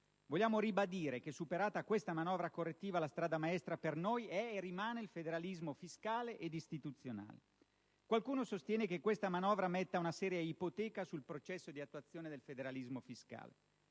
Vogliamo ribadire che, superata questa manovra correttiva, la strada maestra per noi è e rimane quella del federalismo fiscale e istituzionale. Qualcuno sostiene che questa manovra metta un seria ipoteca sul processo di attuazione del federalismo fiscale.